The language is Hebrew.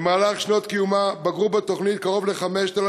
בשנות קיומה בגרו בתוכנית קרוב ל-5,000